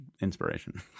inspiration